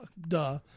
Duh